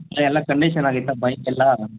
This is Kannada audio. ಎಲ್ಲ ಕಂಡಿಷನಾಗೈತ ಬೈಕೆಲ್ಲ